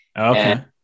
Okay